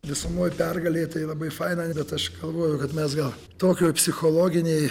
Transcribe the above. visumoj pergalė tai labai faina bet aš galvoju kad mes gal tokioj psichologinėj